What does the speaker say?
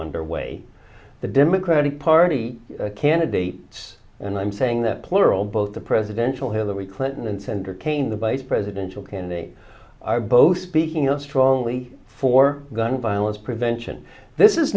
underway the democratic party candidates and i'm saying that plural both the presidential hillary clinton and senator kaine the vice presidential candidate are both speaking out strongly for gun violence prevention this is